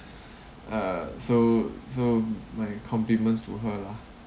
uh so so my compliments to her lah